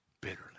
bitterly